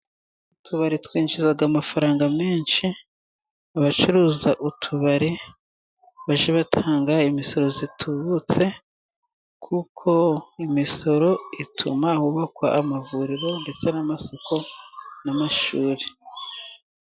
Utubari twinjiza amafaranga menshi abacuruza utubari bajya batanga imisoro itubutse, kuko imisoro ituma hubakwa amavuriro ndetse n'amasoko n'amashuri.